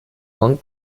one